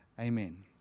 Amen